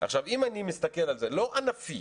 אני מסתכל על זה לא ענפי